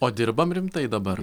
o dirbam rimtai dabar